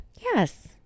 Yes